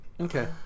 Okay